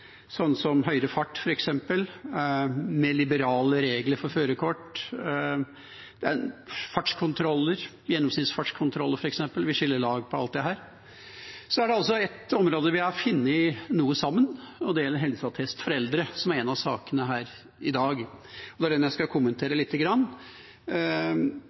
som f.eks. høyere fart, mer liberale regler for førerkort og fartskontroller, f.eks. gjennomsnittsfartskontroller – vi skiller lag på alt dette. Så er det altså ett område der vi har funnet noe sammen, og det gjelder helseattest for eldre, som er en av sakene her i dag, og det er den jeg skal